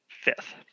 fifth